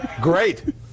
great